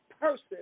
person